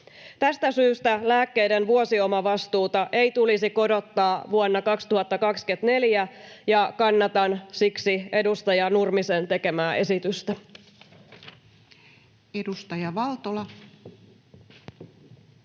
Tästä syystä lääkkeiden vuosiomavastuuta ei tulisi korottaa vuonna 2024, ja kannatan siksi edustaja Nurmisen tekemää esitystä. [Speech 118]